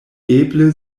eble